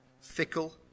fickle